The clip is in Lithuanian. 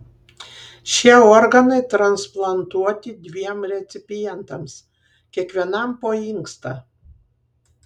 šie organai transplantuoti dviem recipientams kiekvienam po inkstą